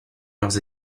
leurs